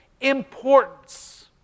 importance